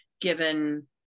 given